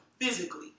physically